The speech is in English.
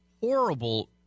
horrible